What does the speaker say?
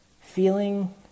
feeling